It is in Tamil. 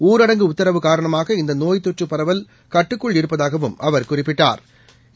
ஊரடங்கு உத்தரவு காரணமாக இந்தநோய் தொற்றபரவல் கட்டுக்குள் இருப்பதாகவும் அவர் குறிப்பிட்டாள்